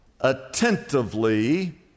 attentively